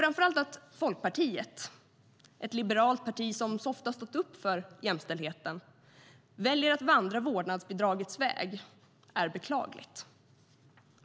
Att Folkpartiet, ett liberalt parti som ofta stått upp för jämställdheten, väljer att vandra vårdnadsbidragets väg är särskilt beklagligt.